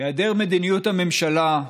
היעדר מדיניות הממשלה,